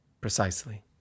Precisely